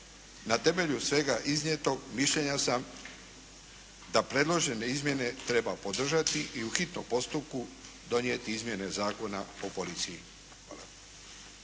Na temelju svega iznijetog mišljenja sam da predložene izmjene treba podržati i u hitnom postupku donijeti izmjene Zakona o policiji. Hvala.